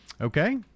Okay